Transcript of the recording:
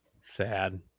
sad